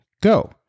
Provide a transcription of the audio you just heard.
go